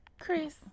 Chris